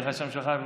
איך השם שלך?